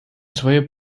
своей